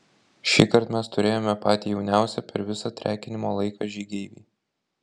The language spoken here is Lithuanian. šįkart mes turėjome patį jauniausią per visą trekinimo laiką žygeivį